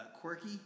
quirky